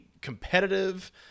competitive